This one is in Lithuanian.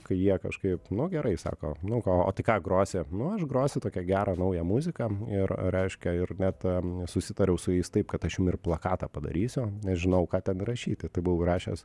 kai jie kažkaip nu gerai sako nu ką o tai ką grosi nu aš grosiu tokią gerą naują muziką ir reiškia ir net susitariau su jais taip kad aš jum ir plakatą padarysiu nežinau ką ten rašyti tai buvau įrašęs